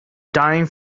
dying